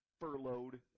furloughed